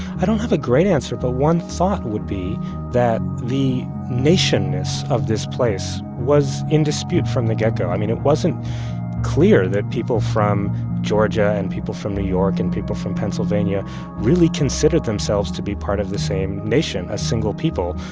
i don't have a great answer. but one thought would be that the nation-ness of this place was in dispute from the get-go. i mean, it wasn't clear that people from georgia and people from new york and people from pennsylvania really considered themselves to be part of the same nation, a single people.